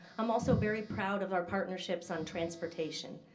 um also very proud of our partnerships on transportation.